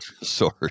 Sorry